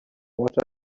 water